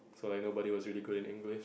so like nobody was really good in English